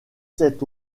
sept